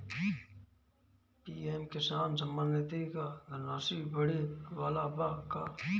PM किसान सम्मान निधि क धनराशि बढ़े वाला बा का?